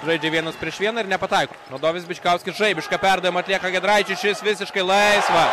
žaidžia vienas prieš vieną ir nepataiko na dovis bičkauskis žaibišką perdavimą atlieka giedraičiui šis visiškai laisvas